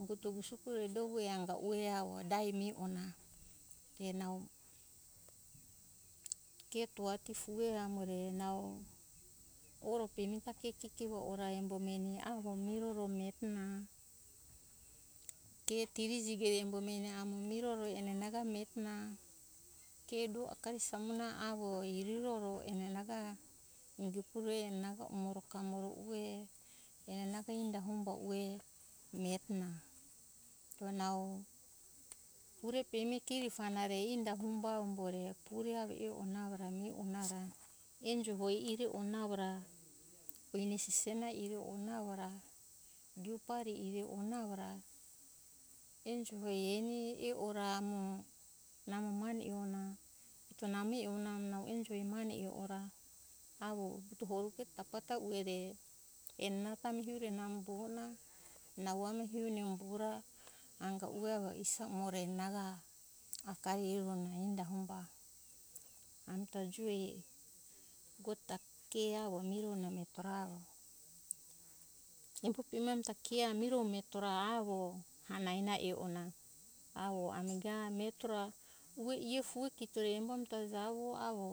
Umbuto isoko ue do ue anga ue avo dai mihe ona te nau ke to ati fue amore nau oro pemi ta ke kiki ue ora embo meni avo miroro ue na ke tiri jigere embo meni amo miroro ene enana ga ami eto na ke do akari samuna avo heroro ue ena ga enge kuroe do umoro kamoro ue enana ga inda mo pambue miretona pure pemi kiri fana re ie ta humba pambore pure avo e ona avo ra mihe ona ra enjo hoi ire ona ra uene sesena eri ona avo ra givu pari ire ona enjo hoi eni e ora amo namo mane e ona eto namo e ona nau enjo mane e ora avo toho koruke tafa ta ue re enana ta mihere ture namo nau ami hione umbora anga ue avoisa umoro enana ga akari e ona enda humba ami ta joi god ta ke avo mirona avo embo pemi ami ta ke avo mireto ra avo hanana e ona avo ami ga hetora ue ie fue kitore embo ami ta javo avo